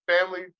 family